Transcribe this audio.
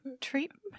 treatment